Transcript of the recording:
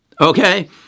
okay